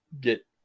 get